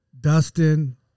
Dustin